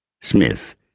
Smith